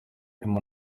harimo